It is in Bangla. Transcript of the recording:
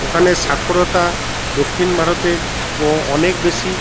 ওখানে সাক্ষরতা দক্ষিণ ভারতের অনেক বেশি